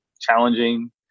challenging